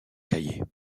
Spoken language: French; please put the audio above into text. cahier